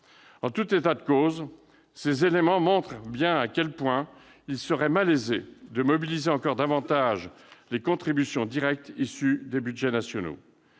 En tout état de cause, ces éléments montrent bien à quel point il serait malaisé de mobiliser encore davantage les contributions directes issues des budgets nationaux.